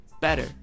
better